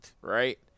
right